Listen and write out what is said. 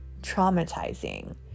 traumatizing